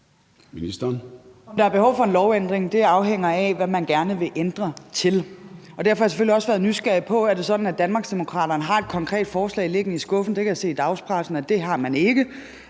Om der er behov for en lovændring, afhænger af, hvad man gerne vil ændre det til. Derfor har jeg selvfølgelig også været nysgerrig på, om det er sådan, at Danmarksdemokraterne har et konkret forslag liggende i skuffen. Det kan jeg se i dagspressen at man ikke